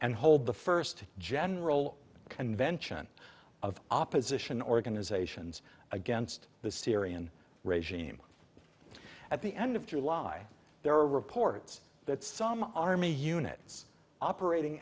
and hold the first general convention of opposition organizations against the syrian regime at the end of july there are reports that some army units operating